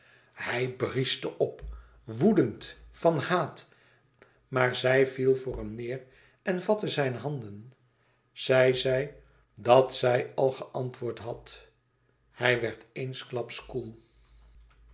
hij brieschte op woedend van haat maar zij viel voor hem neêr en vatte zijn handen zij zei dat zij al geantwoord had hij werd eensklaps koel